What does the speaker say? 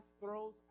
throws